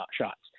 shots